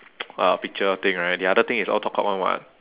uh picture thing right the other thing is all talk cock [one] [what]